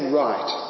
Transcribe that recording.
right